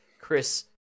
Chris